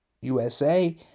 USA